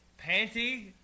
panty